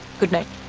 goodnight.